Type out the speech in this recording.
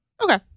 Okay